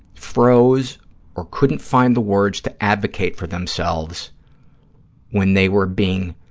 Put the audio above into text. froze or couldn't find the words to advocate for themselves when they were being